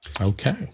Okay